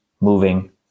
moving